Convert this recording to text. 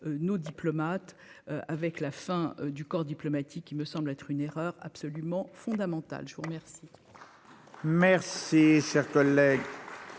nos diplomates avec la fin du corps diplomatique, il me semble être une erreur absolument fondamental, je vous remercie. Merci, cher collègue,